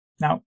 Now